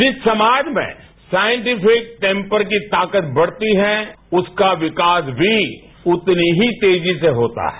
जिस समाज में साइंटिफिक टैम्पर की ताकत बढ़ती है उसका विकास भी उतनी ही तेजी से होता है